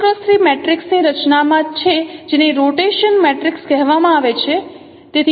તેથી R 3 x 3 matrix ની રચનામાં છે જેને રોટેશન મેટ્રિક્સ કહેવામાં આવે છે